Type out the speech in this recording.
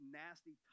nasty